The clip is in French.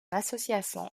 association